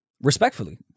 Respectfully